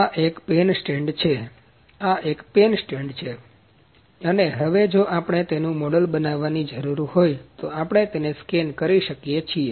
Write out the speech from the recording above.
તેથી આ એક પેન સ્ટેન્ડ છે આ એક પેન સ્ટેન્ડ છે અને હવે જો આપણે તેનું મોડેલ બનવાની જરૂર હોય તો આપણે તેને સ્કેન કરી શકીએ છીએ